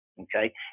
okay